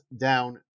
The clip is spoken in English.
down